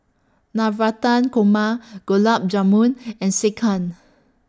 Navratan Korma Gulab Jamun and Sekihan